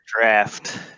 draft